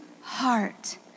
heart